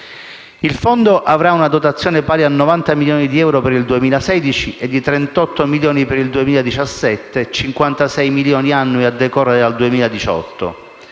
Il Fondo avrà una dotazione pari a 90 milioni di euro per il 2016, di 38 milioni per il 2017 e di 56 milioni annui a decorrere dal 2018.